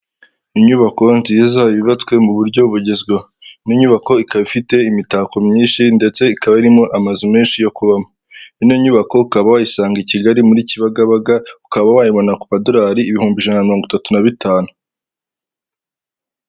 Inyubako nziza yubatswe mu buryo bugezweho, ino nyubako ikaba ifite imitako myinshi ndetse ikaba irimo amazu menshi yo kubamo, ino nyubako ukaba wayisanga i Kigali muri Kibagabaga ukaba wayibona ku madorari ibihumbi ijana na mirongo itatu na bitanu.